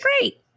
great